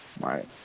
Right